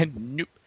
Nope